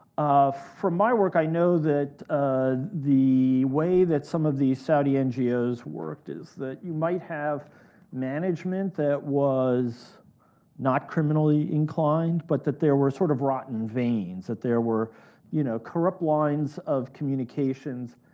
from my work i know that ah the way that some of these saudi ngos worked is that you might have management that was not criminally inclined, but that there were sort of rotten veins, that there were you know corrupt lines of communications,